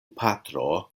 patro